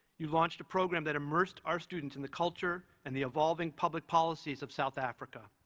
you launched a program that immersed our students in the culture and the evolving public policies of south africa.